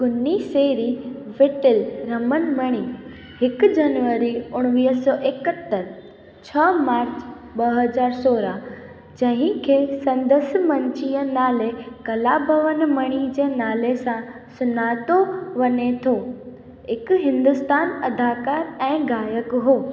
कुन्नीसेरी विट्टिल रमन मणी हिकु जनवरी उणिवीह सौ एकहतर छह मार्च ॿ हज़ार सोरहां जंहिं खे संदसि मंचीय नाले कलाभवन मणी जे नाले सां सुञातो वञे थो हिकु हिंदुस्तान अदाकारु ऐं गायकु हो